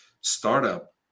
startup